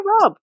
Rob